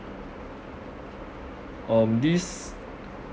um this